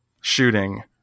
shooting